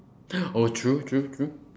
oh true true true